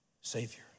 Savior